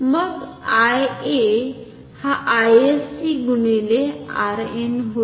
मग IA हा I sc गुणिले Rn होईल